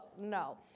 no